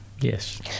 Yes